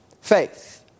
faith